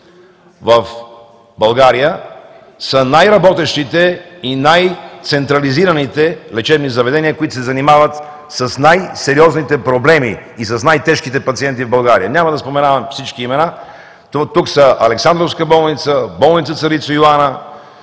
в България, са най-работещите и най-централизираните лечебни заведения, които се занимават с най-сериозните проблеми и с най-тежките пациенти в България. Няма да споменавам всички имена – тук са Александровска болница, болница „Царица Йоана“,